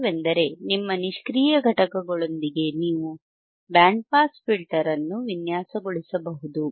ವಿಷಯವೆಂದರೆ ನಿಮ್ಮ ನಿಷ್ಕ್ರಿಯ ಘಟಕಗಳೊಂದಿಗೆ ನೀವು ಬ್ಯಾಂಡ್ ಪಾಸ್ ಫಿಲ್ಟರ್ ಅನ್ನು ವಿನ್ಯಾಸಗೊಳಿಸಬಹುದು